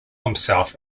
himself